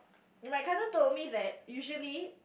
my cousin told me that usually